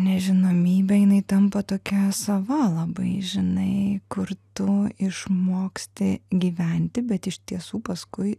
nežinomybė jinai tampa tokia sava labai žinai kur tu išmoksti gyventi bet iš tiesų paskui